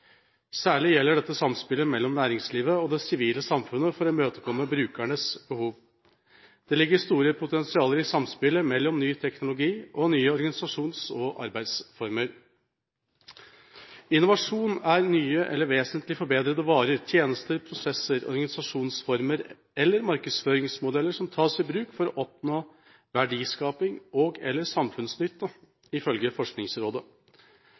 Særlig gjelder dette samspillet med næringslivet og det sivile samfunnet, for å imøtekomme brukernes behov. Det ligger store potensialer i samspillet mellom ny teknologi og nye organisasjons- og arbeidsformer. «Innovasjoner er nye eller vesentlig forbedrede varer, tjenester, prosesser, organisasjonsformer eller markedsføringsmodeller som tas i bruk for å oppnå verdiskaping og/eller samfunnsnytte» ifølge Forskningsrådet. Definisjonen poengterer at en ny idé eller